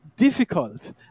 difficult